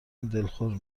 دلخور